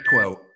quote